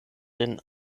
den